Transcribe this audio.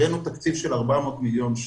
הבאנו תקציב של 400 מיליון שקל,